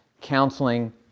counseling